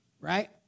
Right